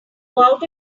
out